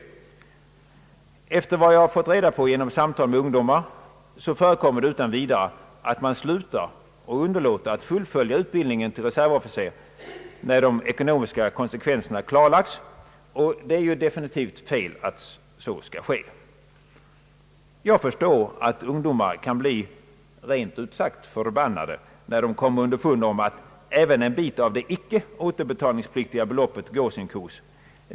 Genom samtal med ungdomar har jag fått veta att det förekommer att man utan vidare slutar och underlåter att fullfölja utbildningen till reservofficer sedan de ekonomiska konsekvenserna klarlagts. Det är definitivt fel att så skall ske, men jag förstår att ungdomar blir rent utsagt förbannade när de kommer underfund med att även en del av det icke återbetalningspliktiga beloppet försvinner.